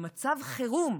במצב חירום,